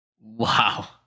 Wow